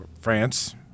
France